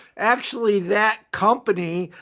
actually that company,